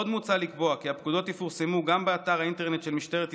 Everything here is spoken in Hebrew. עוד מוצע לקבוע כי הפקודות יפורסמו גם באתר האינטרנט של משטרת ישראל,